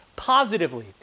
Positively